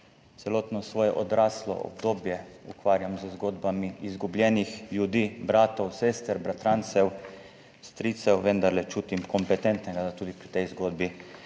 celotno svoje odraslo obdobje ukvarjam z zgodbami izgubljenih ljudi, bratov, sester, bratrancev, stricev, ker se vendarle čutim kompetentnega, da tudi pri tej zgodbi